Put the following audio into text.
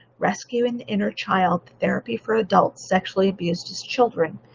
rescuing inner child therapy for adults sexually abused as children.